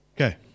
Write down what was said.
Okay